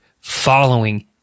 Following